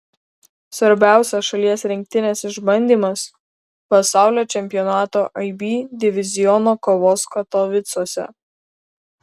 svarbiausias šalies rinktinės išbandymas pasaulio čempionato ib diviziono kovos katovicuose